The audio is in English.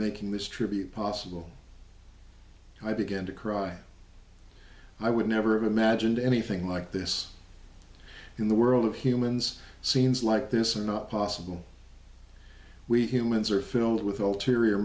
making this tribute possible i began to cry i would never have imagined anything like this in the world of humans scenes like this are not possible we humans are filled with ulterior